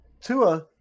Tua